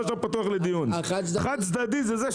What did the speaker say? כל השאר פתוח לדיון,